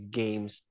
games